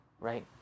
Right